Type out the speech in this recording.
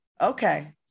okay